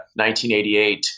1988